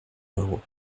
ruraux